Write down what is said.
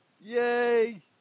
Yay